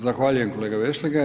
Zahvaljujem kolega Vešligaj.